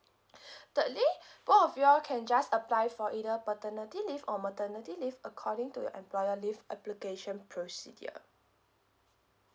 thirdly both of you all can just apply for either paternity leave or maternity leave according to your employer leave application procedure